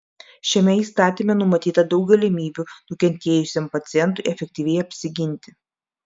šiame įstatyme numatyta daug galimybių nukentėjusiam pacientui efektyviai apsiginti